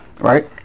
Right